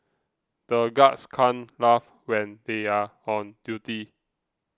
the guards can't laugh when they are on duty